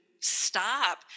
stop